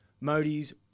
Modi's